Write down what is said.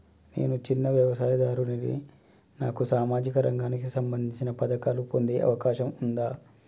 నేను చిన్న వ్యవసాయదారుడిని నాకు సామాజిక రంగానికి సంబంధించిన పథకాలు పొందే అవకాశం ఉందా?